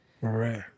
Right